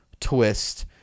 twist